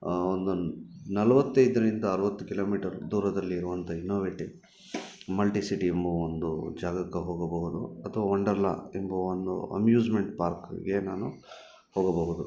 ಒಂದು ನಲವತ್ತೈದರಿಂದ ಅರವತ್ತು ಕಿಲೋಮೀಟರ್ ದೂರದಲ್ಲಿರುವಂಥ ಇನೋವೆಟಿವ್ ಮಲ್ಟಿ ಸಿಟಿ ಎಂಬುವ ಒಂದು ಜಾಗಕ್ಕ ಹೋಗಬಹುದು ಅಥವಾ ವಂಡರ್ಲಾ ಎಂಬುವ ಒಂದು ಅಮ್ಯೂಸ್ಮೆಂಟ್ ಪಾರ್ಕ್ಗೆ ನಾನು ಹೋಗಬಹುದು